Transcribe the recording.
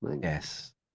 Yes